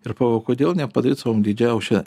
ir pagalvojau o kodėl nepadaryt sau didžiausią